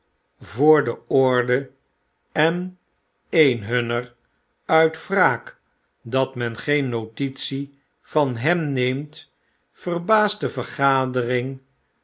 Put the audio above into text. voor de orde en een hunner uit wraak dat men geen notitie van hem neemt verbaast de vergadering